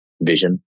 vision